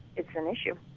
it's an issue